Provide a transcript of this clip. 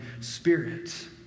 spirit